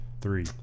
three